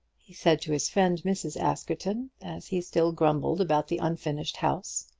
he said to his friend, mrs. askerton, as he still grumbled about the unfinished house.